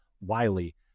Wiley